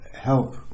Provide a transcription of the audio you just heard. help